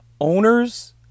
Owners